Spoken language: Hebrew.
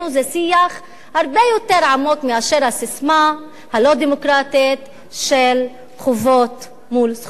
זה שיח הרבה יותר עמוק מאשר הססמה הלא-דמוקרטית של חובות מול זכויות.